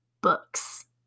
books